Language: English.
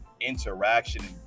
interaction